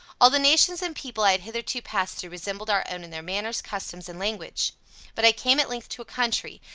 all the nations and people i had hitherto passed through resembled our own in their manners, customs, and language but i came at length to country,